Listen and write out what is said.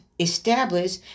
Establish